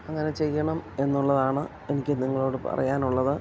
അങ്ങനെ ചെയ്യണം എന്നുള്ളതാണ് എനിക്ക് നിങ്ങളോട് പറയാനുള്ളത്